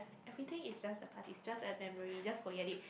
everything is just a past it's just a memory just forget it